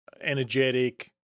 energetic